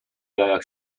jajach